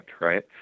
right